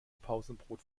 pausenbrot